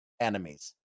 enemies